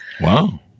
Wow